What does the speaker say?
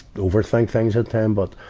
overthink things at times. but,